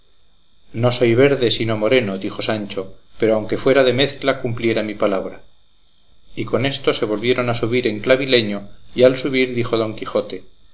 no soy verde sino moreno dijo sancho pero aunque fuera de mezcla cumpliera mi palabra y con esto se volvieron a subir en clavileño y al subir dijo don quijote